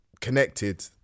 connected